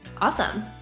Awesome